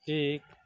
एक